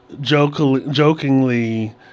jokingly